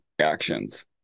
actions